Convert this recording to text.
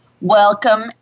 Welcome